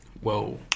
Whoa